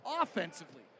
offensively